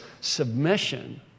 submission